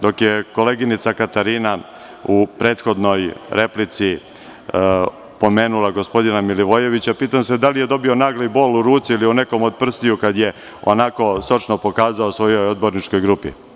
Dok je koleginica Katarina u prethodnoj replici pomenula gospodina Milivojevića, pitam se da li je dobio nagli bol u ruci ili u nekom od prstiju kada je onako sočno pokazao svojoj odborničkoj grupi.